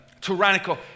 tyrannical